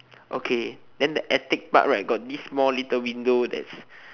okay then the attic part right got this small little window that's